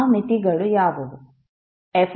ಆ ಮಿತಿಗಳು ಯಾವುವು